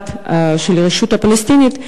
בית-המשפט של הרשות הפלסטינית,